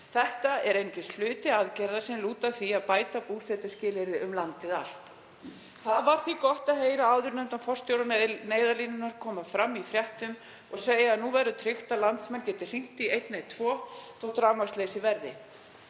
Þetta er einungis hluti aðgerða sem lúta að því að bæta búsetuskilyrði um landið allt. Það var því gott að heyra áðurnefndan forstjóra Neyðarlínunnar koma fram í fréttum og segja að nú verði tryggt að landsmenn geti hringt í 112 þótt rafmagnsleysi verði.